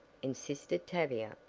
insisted tavia,